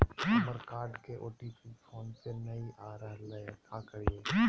हमर कार्ड के OTP phone पे नई आ रहलई हई, का करयई?